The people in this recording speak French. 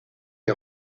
est